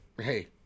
Hey